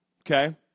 okay